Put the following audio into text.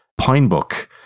Pinebook